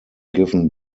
given